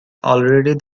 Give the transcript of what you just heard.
already